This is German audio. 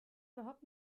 überhaupt